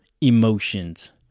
emotions